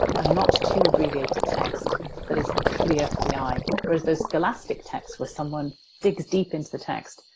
a not-too-abbreviated text that is clear for the eye whereas those scholastic texts, where someone digs deep into the text,